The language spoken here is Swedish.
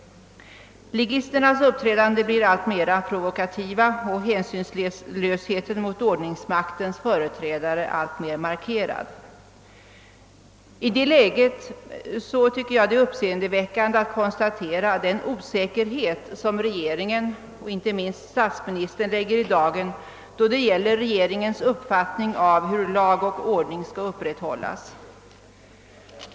Ligisternas uppträdande blir alltmer provokativt och hänsynslösheten mot ordningsmaktens företrädare alltmer markerad. I detta läge är det uppseendeväckande att konstatera den osäkerhet som regeringen och inte minst statsministern lägger i dagen då det gäller regeringens uppfattning om hur lag och ordning skall upprätthållas.